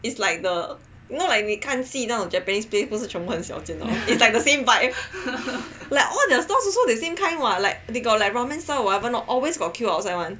it's like the you know the 你看戏那种 japanese place 全部都是很小间的 it's like the same vibes like all the stores is also the same kind what like they got like ramen stalls or whatever not always got queue outside [one]